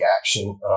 action